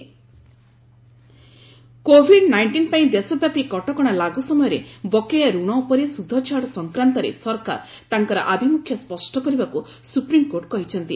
SC central government covid nineteen ପାଇଁ ଦେଶବ୍ୟାପି କଟକଣା ଲାଗୁ ସମୟରେ ବକେୟା ରଣ ଉପରେ ସୁଧ ଛାଡ଼ ସଂକ୍ରାନ୍ତରେ ସରକାର ତାଙ୍କର ଆଭିମୁଖ୍ୟ ସ୍ୱଷ୍ଟ କରିବାକୁ ସୁପ୍ରିମକୋର୍ଟ କହିଛନ୍ତି